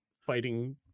fighting